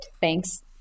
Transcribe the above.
Thanks